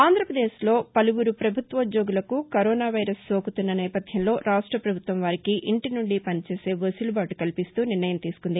ఆంధ్రప్రదేశ్లో పలువురు పభుత్వోద్యోగులకు కరోనా వైరస్ సోకుతున్న నేపథ్యంలో రాష్ట పభుత్వం వారికి ఇంటీ నుండి పని చేసే వెసులుబాటు కల్పిస్తూ నిర్ణయం తీసుకుంది